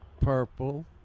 purple